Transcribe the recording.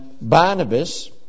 Barnabas